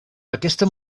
aquesta